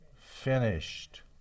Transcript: finished